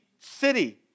city